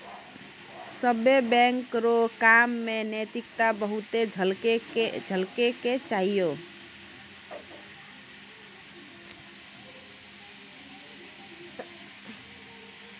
सभ्भे बैंक रो काम मे नैतिकता बहुते झलकै के चाहियो